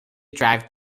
drive